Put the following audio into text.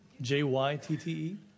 J-Y-T-T-E